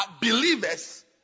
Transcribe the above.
believers